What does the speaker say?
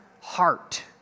heart